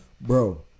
Bro